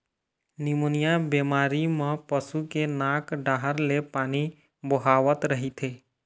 pneumonia बेमारी म पशु के नाक डाहर ले पानी बोहावत रहिथे